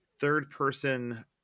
third-person